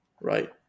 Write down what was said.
Right